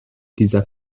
dieser